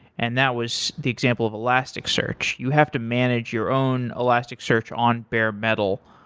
and that was the example of elastic search. you have to manage your own elastic search on bare metal.